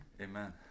Amen